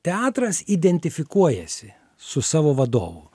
teatras identifikuojasi su savo vadovu